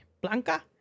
Blanca